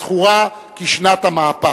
הזכורה כשנת המהפך.